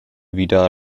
wieder